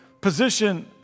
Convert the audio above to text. position